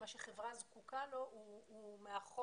מה שחברה זקוקה לו הוא מאחור.